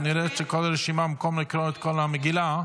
כנראה שכל הרשימה, במקום לקרוא את כל המגילה,